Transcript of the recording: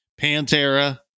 pantera